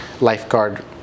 lifeguard